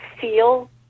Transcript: feel